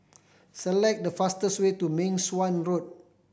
select the fastest way to Meng Suan Road